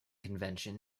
convention